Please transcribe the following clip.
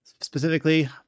specifically